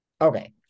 Okay